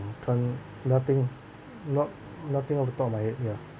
nothing nothing not nothing off the top of my head ya